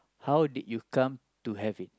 how did you come to have it